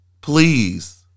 Please